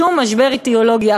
שום משבר אידיאולוגי,